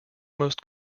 most